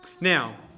Now